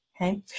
okay